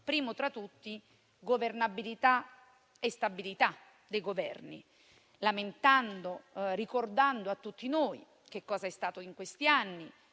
primo tra tutti la governabilità e la stabilità dei Governi, lamentando e ricordando a tutti noi che cosa è successo in questi anni,